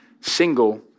Single